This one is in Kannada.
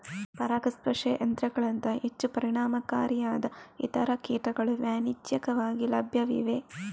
ಪರಾಗಸ್ಪರ್ಶ ಯಂತ್ರಗಳಂತಹ ಹೆಚ್ಚು ಪರಿಣಾಮಕಾರಿಯಾದ ಇತರ ಕೀಟಗಳು ವಾಣಿಜ್ಯಿಕವಾಗಿ ಲಭ್ಯವಿವೆ